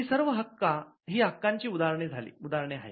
ही सर्व हक्कां ची उदाहरणे आहेत